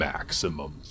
Maximum